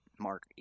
Mark